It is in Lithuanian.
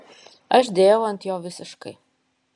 aš dėjau ant jo visiškai